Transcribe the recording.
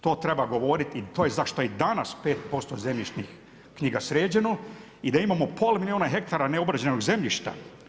To treba govoriti i to je zašto je i danas 5% zemljišnih knjiga sređeno i da imamo pola milijuna hektara neobrađenog zemljišta.